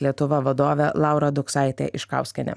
lietuva vadovė laura duksaitė iškauskienė